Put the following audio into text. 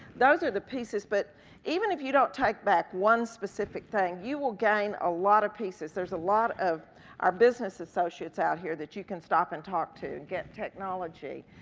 those are the pieces, but even if you don't take back one specific thing, you will gain a lot of pieces. there's a lot of our business associates out here that you can stop and talk to and get technology.